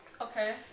okay